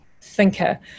thinker